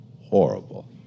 horrible